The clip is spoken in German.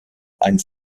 ein